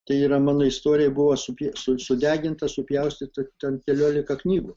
tai yra mano istorijoj buvo su kiek sudeginta supjaustyta ten keliolika knygų